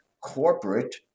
corporate